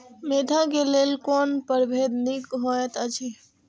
Mentha क लेल कोन परभेद निक होयत अछि?